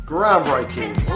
Groundbreaking